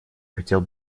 хотел